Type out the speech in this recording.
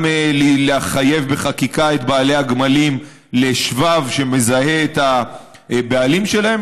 גם לחייב בחקיקה את בעלי הגמלים לשבב שמזהה את הבעלים שלהם.